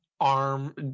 arm